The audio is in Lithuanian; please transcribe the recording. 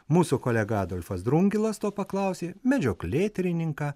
mūsų kolega adolfas drungilas to paklausė medžioklėtyrininką